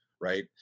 right